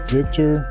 Victor